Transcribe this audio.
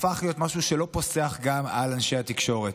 הפך להיות משהו שלא פוסח גם על אנשי התקשורת.